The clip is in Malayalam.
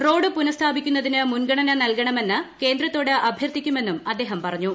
റോഡ് പുനസ്ഥാപിക്കുന്നതിന് മുൻഗണന നൽകണമെന്ന് കേന്ദ്രത്തോട് അഭ്യർത്ഥിക്കുമെന്നും അദ്ദേഹം പറഞ്ഞു